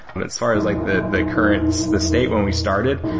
but as far as like the the current the state when we started,